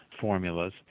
formulas